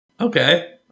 Okay